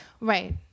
Right